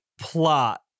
plot